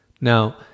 Now